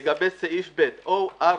לגבי סעיף ב', 04